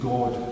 God